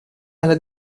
alla